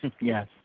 Yes